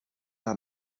ein